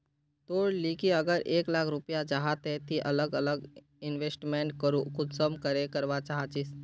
तोर लिकी अगर एक लाख रुपया जाहा ते ती अलग अलग इन्वेस्टमेंट कुंसम करे करवा चाहचिस?